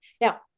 Now